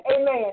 Amen